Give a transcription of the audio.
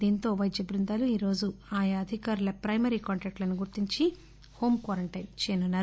దీంతో పైద్య బృందాలు ఈ రోజు ఆయా అధికారుల ప్షెమరీ కాంటాక్ట లను గుర్తించి హోం క్వారంటైన్ చేయనున్నారు